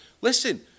listen